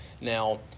now